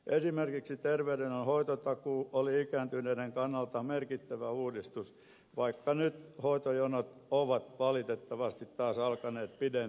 esimerkiksi terveydenhuollon hoitotakuu oli ikääntyneiden kannalta merkittävä uudistus vaikka nyt hoitojonot ovat valitettavasti taas alkaneet pidentyä